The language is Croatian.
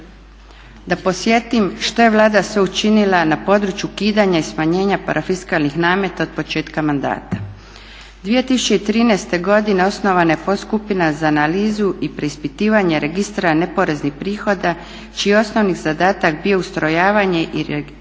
Da podsjetim što je Vlada sve učinila na području ukidanja i smanjenja parafiskalnih nameta od početka mandata. 2013.godine osnovana je podskupina za analizu i preispitivanje registra neporeznih prihoda čiji je osnovni zadatak bio ustrojavanje i ažuriranje